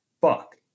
fuck